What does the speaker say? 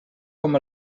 com